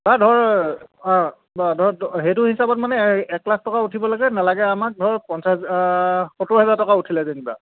বা ধৰ অঁ বা ধৰ সেইটো হিচাপত মানে একলাখ টকা উঠিবলে নালাগে আমাক ধৰক পঞ্চাছ সত্তৰ হাজাৰ টকা উঠিলে যেনিবা